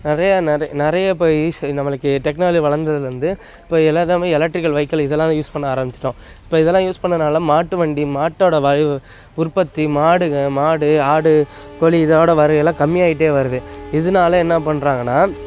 நிறைய நிறை நிறைய இப்போ ஈஸி நம்மளுக்கு டெக்னாலஜி வளர்ந்ததுலேர்ந்து இப்போ எல்லாம் நம்ம எலெக்ட்ரிக்கல் வெஹிக்கள் இதெல்லாம் யூஸ் பண்ண ஆரம்பிச்சிவிட்டோம் இப்போ இதெல்லாம் யூஸ் பண்ணனால மாட்டு வண்டி மாட்டோட உற்பத்தி மாடுக மாடு ஆடு கோழி இதோட வர எல்லாம் கம்மியாயிட்டே வருது இதனால என்னப் பண்ணுறாங்கன்னா